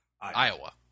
Iowa